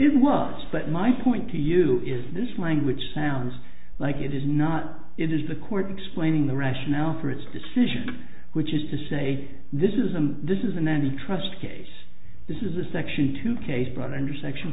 but my point to you is this language sounds like it is not it is the court explaining the rationale for its decision which is to say this isn't this isn't any trust case this is a section two case brought under section